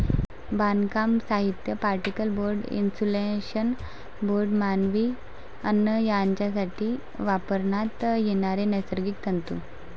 बांधकाम साहित्य, particle board, insulation board, मानवी अन्न यासाठी वापरण्यात येणारे नैसर्गिक तंतू